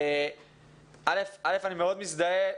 ראשית, אני מאוד מזדהה.